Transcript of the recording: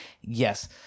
yes